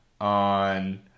on